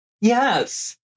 Yes